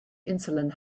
insulin